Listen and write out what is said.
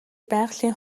байгалийн